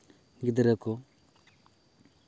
ᱜᱤᱫᱽᱨᱟᱹ ᱠᱚ